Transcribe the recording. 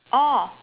oh